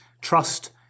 trust